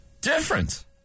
Different